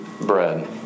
bread